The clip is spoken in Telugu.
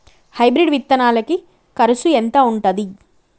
హైబ్రిడ్ విత్తనాలకి కరుసు ఎంత ఉంటది?